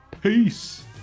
Peace